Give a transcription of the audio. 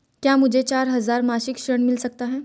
क्या मुझे चार हजार मासिक ऋण मिल सकता है?